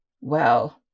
Well